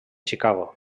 chicago